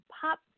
Pop